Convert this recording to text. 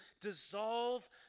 dissolve